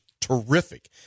terrific